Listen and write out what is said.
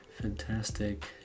fantastic